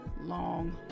long